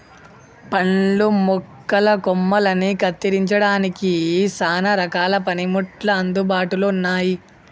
పండ్ల మొక్కల కొమ్మలని కత్తిరించడానికి సానా రకాల పనిముట్లు అందుబాటులో ఉన్నాయి